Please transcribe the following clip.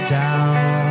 down